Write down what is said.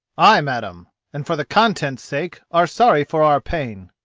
ay, madam and for the contents' sake are sorry for our pains.